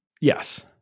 Yes